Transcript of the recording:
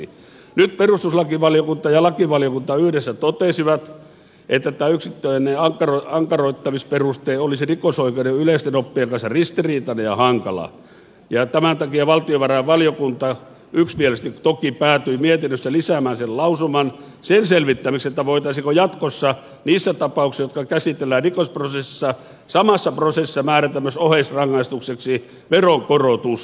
nyt perustuslakivaliokunta ja lakivaliokunta yhdessä totesivat että tämä yksittäinen ankaroittamisperuste olisi rikosoikeuden yleisten oppien kanssa ristiriitainen ja hankala ja tämän takia valtiovarainvaliokunta yksimielisesti toki päätyi mietinnössä lisäämään sen lausuman sen selvittämiseksi voitaisiinko jatkossa niissä tapauksissa jotka käsitellään rikosprosessissa samassa prosessissa määrätä myös oheisrangaistukseksi veronkorotus